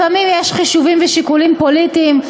לפעמים יש חישובים ושיקולים פוליטיים,